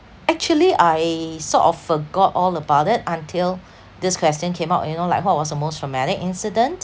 actually I sort of forgot all about it until this question came out you know like what was your most traumatic incident